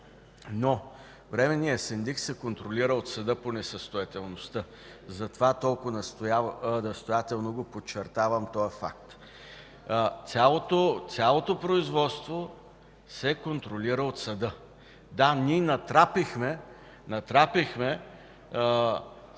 Но временният синдик се контролира от съда по несъстоятелността, затова толкова настоятелно подчертавам този факт. Цялото производство се контролира от съда. Да, ние натрапихме способ